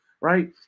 Right